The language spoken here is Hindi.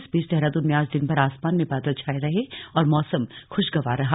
इस बीच देहरादून में आज दिनभर आसमान में बादल छाए रहे और मौसम खुशगवार रहा